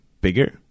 bigger